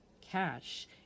cash